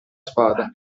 spada